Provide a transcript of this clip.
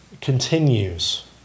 continues